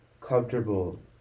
comfortable